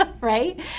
right